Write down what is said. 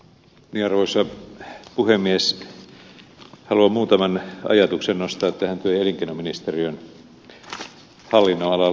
haluan muutaman ajatuksen nostaa esiin tähän työ ja elinkeinoministeriön hallinnonalaan liittyen